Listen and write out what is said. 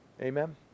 Amen